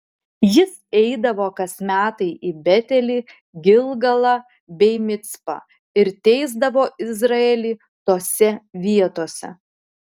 jis eidavo kas metai į betelį gilgalą bei micpą ir teisdavo izraelį tose vietose